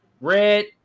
Red